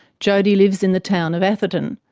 jodi lives in the town of atherton.